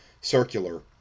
circular